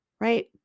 right